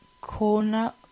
Corner